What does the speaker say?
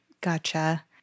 gotcha